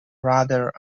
rather